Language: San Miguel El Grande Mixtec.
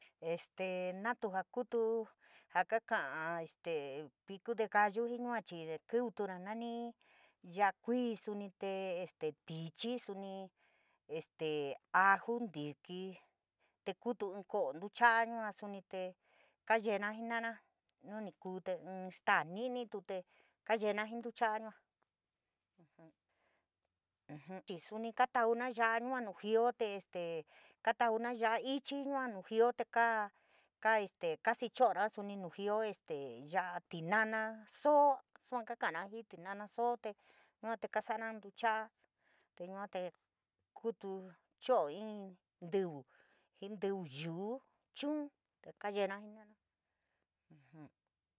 Este natu jaa kutu jaa kaka’ este a piku de gallu jii yua chii, kiutu ja nani ya’a kuii, este tichii, suni este aju, ntíkí, te kuutu ínn ko’o ntucha’a yua, suni te kaayena jenora nu ni kuu, te inn staa ni’nitu te kayera jii ntucha’a yua, chii suni tauna ya’a yua nu jioo te este katauba ya’a ichii nu jioo te kaa este sicho’ona suni nu jioo, este ya’o, tinana soo salara ntucha’a te yua te kutu cho’oi jii inn ntíví, jii ntíví yuu chuun te kayeero jenora